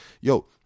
yo